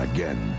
Again